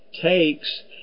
takes